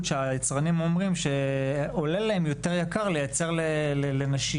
שיצרנים אומרים שעולה להם יותר יקר לייצר לנשים.